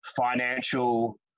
financial